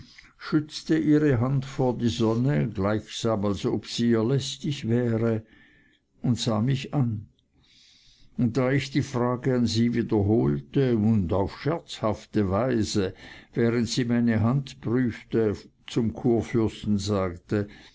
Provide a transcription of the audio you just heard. schützte ihre hand vor die sonne gleichsam als ob sie ihr lästig wäre und sah mich an und da ich die frage an sie wiederholte und auf scherzhafte weise während sie meine hand prüfte zum kurfürsten sagte